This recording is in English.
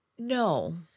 No